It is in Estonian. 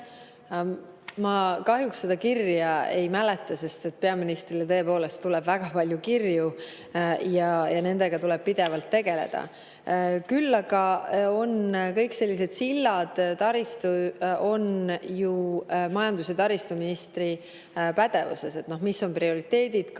Ma kahjuks seda kirja ei mäleta, sest peaministrile tuleb tõepoolest väga palju kirju ja nendega tuleb pidevalt tegeleda. Küll aga on kõik sellised sillad ja taristu ju majandus‑ ja taristuministri pädevuses: mis on prioriteedid, kogu